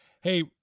Hey